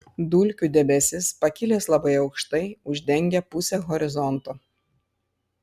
dulkių debesis pakilęs labai aukštai uždengia pusę horizonto